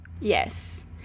Yes